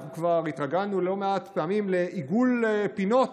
אנחנו כבר התרגלנו לא מעט פעמים לעיגול פינות,